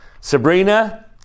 Sabrina